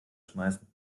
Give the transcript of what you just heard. schmeißen